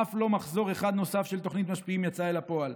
אף מחזור אחד נוסף של תוכנית "משפיעים" לא יצא אל הפועל,